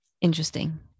Interesting